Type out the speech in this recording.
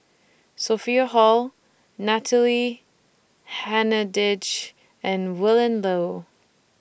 Sophia Hull Natalie Hennedige and Willin Low